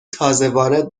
تازهوارد